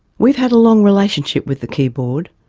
we've had a long relationship with the keyboard.